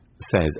says